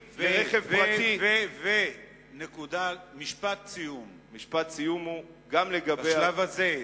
חניונים, משפט סיום, בשלב הזה.